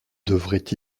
devrait